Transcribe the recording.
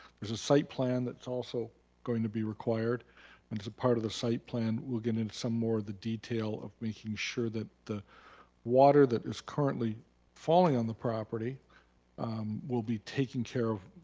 there's a site plan that's also going to be required. and as part of the site plan we'll get into some more of the detail of making sure that the water that is currently falling on the property will be taken care of